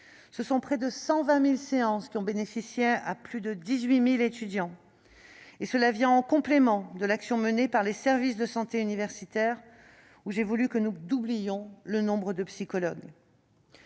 plateforme, 18 000 étudiants ont bénéficié de près de 120 000 séances. Cela vient en complément de l'action menée par les services de santé universitaire, où j'ai voulu que nous doublions le nombre de psychologues.